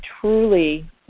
truly